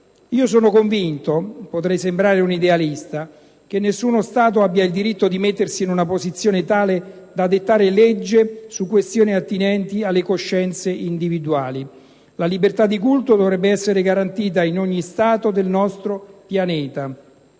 io sono convinto che nessuno Stato abbia il diritto di mettersi in una posizione tale da dettare legge su questioni attinenti alle coscienze individuali. La libertà di culto dovrebbe essere garantita in ogni Stato del nostro pianeta.